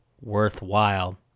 worthwhile